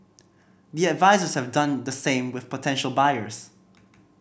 the advisers have done the same with potential buyers